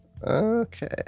Okay